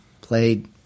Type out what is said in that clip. played